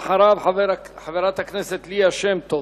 אחריו, חברת הכנסת ליה שמטוב,